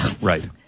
right